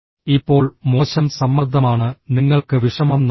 ഇപ്പോൾ മോശം സമ്മർദ്ദമാണ് നിങ്ങൾക്ക് വിഷമം നൽകുന്നത്